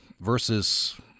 versus